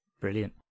Brilliant